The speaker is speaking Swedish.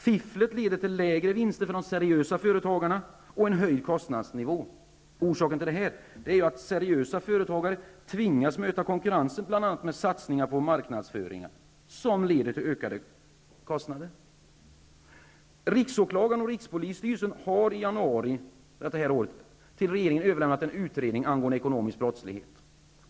Fifflet leder till lägre vinster för de seriösa företagarna och en höjd kostnadsnivå. Orsaken härtill är att seriösa företag tvingas möta konkurrensen med satsningar på marknadsföring, vilket leder till kostnadsökningar. Riksåklagaren och rikspolisstyrelsen har i januari i år till regeringen överlämnat en utredning angående ekonomisk brottslighet.